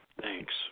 thanks